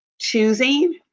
choosing